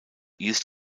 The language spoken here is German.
east